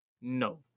No